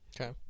Okay